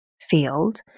field